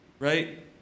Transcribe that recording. Right